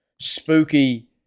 spooky